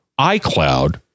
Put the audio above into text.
iCloud